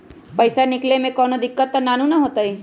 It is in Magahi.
पईसा निकले में कउनो दिक़्क़त नानू न होताई?